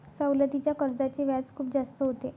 सवलतीच्या कर्जाचे व्याज खूप जास्त होते